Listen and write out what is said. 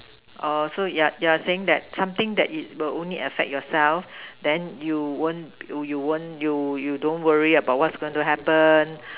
oh so you're you're saying that something that it will only affect yourself then you won't you won't you you don't worry about what's going to happen